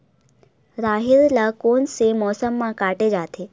राहेर ल कोन से मौसम म काटे जाथे?